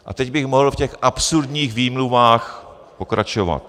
A teď bych mohl v těch absurdních výmluvách pokračovat.